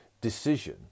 decision